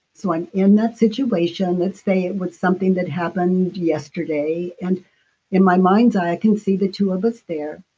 so i'm in that situation. let's say it was something that happened yesterday, and in my mind's eye, i can see the two of us there,